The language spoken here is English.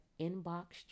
inbox